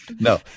No